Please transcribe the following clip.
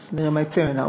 אז נראה מה יצא ממנה,